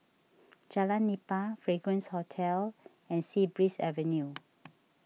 Jalan Nipah Fragrance Hotel and Sea Breeze Avenue